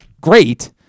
great